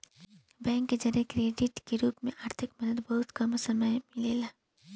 bank के जरिया credit के रूप में आर्थिक मदद बहुते कम समय ला मिलेला